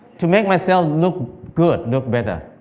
to make myself look good, look better.